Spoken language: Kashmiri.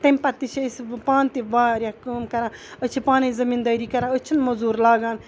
تیٚمہِ پَتہٕ چھِ أسۍ وٕ پانہٕ تہِ واریاہ کٲم کَران أسۍ چھِ پانَے زٔمیٖندٲری کَران أسۍ چھِنہٕ موٚزوٗر لاگان